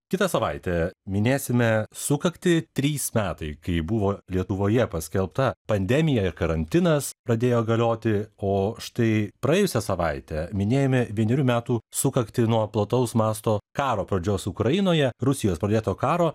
kitą savaitę minėsime sukaktį trys metai kai buvo lietuvoje paskelbta pandemija ir karantinas pradėjo galioti o štai praėjusią savaitę minėjome vienerių metų sukaktį nuo plataus masto karo pradžios ukrainoje rusijos pradėto karo